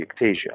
ectasia